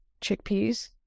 Chickpeas